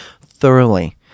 thoroughly